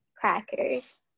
crackers